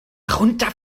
runter